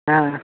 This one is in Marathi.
हां